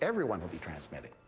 everyone will be transmitting.